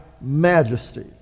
majesty